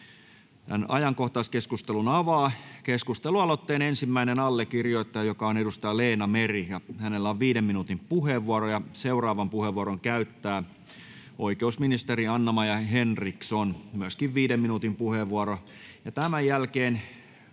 Ajankohtaiskeskustelun avaa keskustelualoitteen ensimmäinen allekirjoittaja, joka on edustaja Leena Meri, ja hänellä on viiden minuutin puheenvuoro. Seuraavan puheenvuoron käyttää oikeusministeri Anna-Maja Henriksson, myöskin viiden minuutin puheenvuoro. Tämän jälkeen